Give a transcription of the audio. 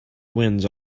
winds